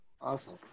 Awesome